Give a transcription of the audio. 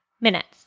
minutes